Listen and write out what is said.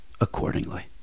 accordingly